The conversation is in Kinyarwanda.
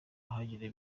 ahagenewe